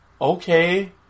okay